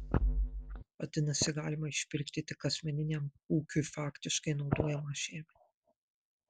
vadinasi galima išpirkti tik asmeniniam ūkiui faktiškai naudojamą žemę